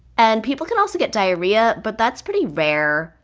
and people can also get diarrhea but that's pretty rare,